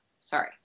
Sorry